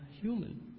human